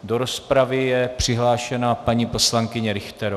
Do rozpravy je přihlášena paní poslankyně Richterová.